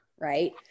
right